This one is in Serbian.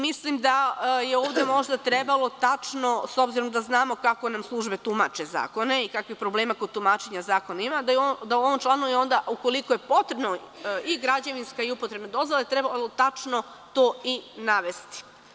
Mislim da je ovda možda trebalo tačno, s obzirom da znamo kako nam službe tumače zakone i kakvih problema kod tumačenja zakona ima, da je u ovom članu onda, ukoliko je potrebna i građevinska i upotrebna dozvola, da je trebalo tačno to i navesti.